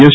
S